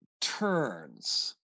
turns